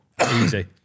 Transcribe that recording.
Easy